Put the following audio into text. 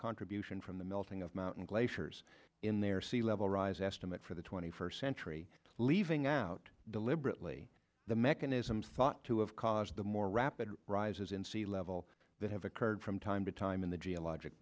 contribution from the melting of mountain glaciers in their sea level rise estimate for the twenty first century leaving out deliberately the mechanisms thought to have caused a more rapid rise in sea level that have occurred from time to time in the geologic